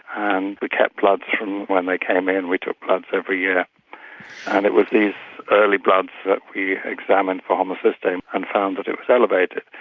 and we kept bloods from when they came in, we took their bloods every year and it was these early bloods that we examined for homocysteine and found that it was elevated.